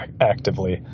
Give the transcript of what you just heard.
actively